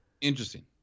Interesting